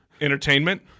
entertainment